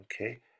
okay